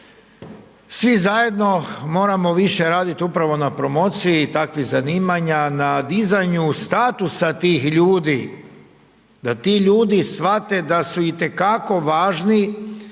svi zajedno moramo više raditi upravo na promociji takvih zanimanja, na dizanju statusa tih ljudi, da ti ljudi shvate da su itekako važni